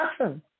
awesome